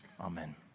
amen